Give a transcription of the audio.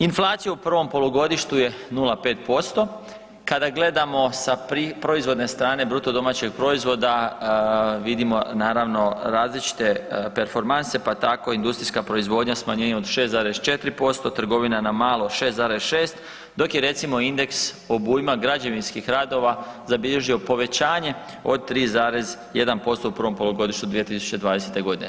Inflacija u prvom polugodištu je 0,5%, kada gledamo sa proizvodne strane BDP-a vidimo različite performanse, pa tako industrijska proizvodnja smanjenje od 6,4%, trgovina na malo 6,6% dok je recimo indeks obujma građevinskih radova zabilježio povećanje od 3,1% u prvo polugodištu 2020. godine.